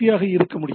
ஆக இருக்க முடியும்